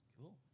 Cool